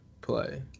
play